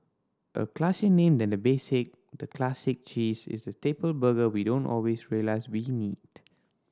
a classier name than the basic the Classic Cheese is the staple burger we don't always realise we need